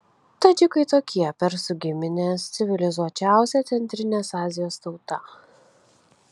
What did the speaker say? tadžikai tokie persų giminės civilizuočiausia centrinės azijos tauta